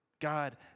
God